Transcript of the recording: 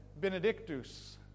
Benedictus